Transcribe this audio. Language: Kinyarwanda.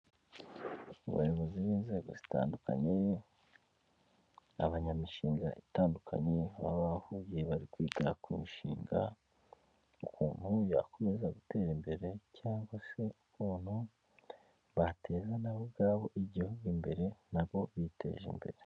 Abayobozi b'inzego zitandukanye, abanyamishinga itandukanye baba bahuye bari kwiga ku mishinga ukuntu yakomeza gutera imbere, cyangwa se ukuntu bateza na bo ubwabo igihugu imbere na bo biteje imbere.